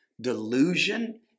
delusion